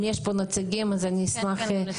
אם יש פה נציגות אז אני אשמח לשמוע.